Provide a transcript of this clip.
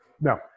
No